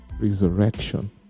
resurrection